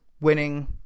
winning